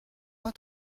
pas